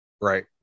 Right